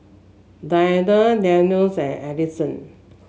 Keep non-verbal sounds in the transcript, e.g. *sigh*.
Diana *unintelligible* and Ellison